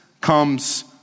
comes